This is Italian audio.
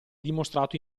dimostrato